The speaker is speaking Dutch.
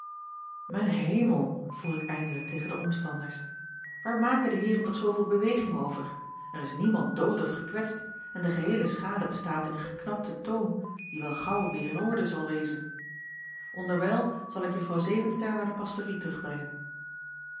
ijn emel vroeg ik eindelijk tegen de omstanders waar maken de eeren toch zooveel beweging over r is niemand dood of gekwetst en de geheele schade bestaat in een geknapten toom die wel gaauw weêr in orde zal wezen nderwijl zal ik uffrouw evenster naar de pastorie terugbrengen